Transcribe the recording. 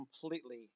completely